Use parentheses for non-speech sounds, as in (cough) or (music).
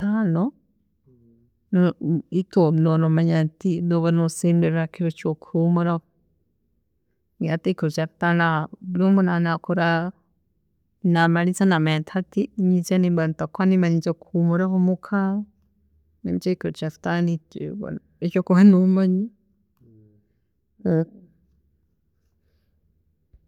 Aano, (unintelligible) itwe noba nomanya nti noba nosemberera ekiro kyokuhumuraho, hati ekiro kyakataano aho, buri omu naaba nakora namariiriza namanya nti hati nyenkya nimba ntakukora nimba ninjya kuhumuraho muka, nikyo ekiro kyakataano eki nikyo okukora nomanya. (hesitation)